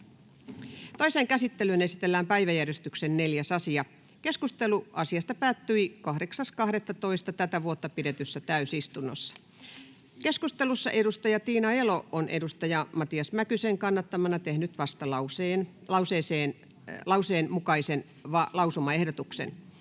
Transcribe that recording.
Toiseen käsittelyyn esitellään päiväjärjestyksen 4. asia. Keskustelu asiasta päättyi 8.12.2023 pidetyssä täysistunnossa. Keskustelussa Tiina Elo on Matias Mäkysen kannattamana tehnyt vastalauseen mukaisen lausumaehdotuksen.